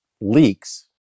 leaks